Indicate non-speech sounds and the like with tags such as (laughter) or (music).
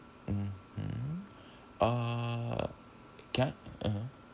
mmhmm (breath) uh can I (uh huh)